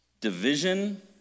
division